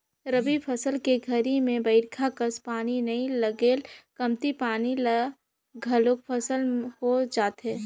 रबी फसल के घरी में बईरखा कस पानी नई लगय कमती पानी म घलोक फसल हो जाथे